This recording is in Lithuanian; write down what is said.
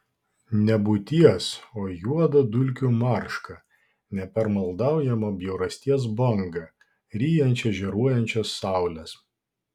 nebūties o juodą dulkių maršką nepermaldaujamą bjaurasties bangą ryjančią žėruojančias saules